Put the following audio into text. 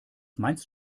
meinst